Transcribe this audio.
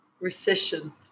Recession